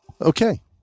Okay